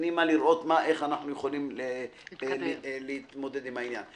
לראות איך אנחנו יכולים להתמודד עם העניין.